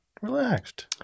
relaxed